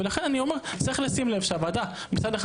ולכן אני אומר שצריך לשים לב שהוועדה מצד אחד